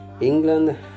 England